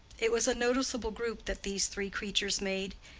it was a noticeable group that these three creatures made,